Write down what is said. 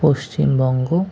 Paschimbanga